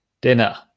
dinner